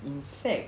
in fact